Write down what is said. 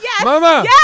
Mama